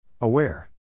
Aware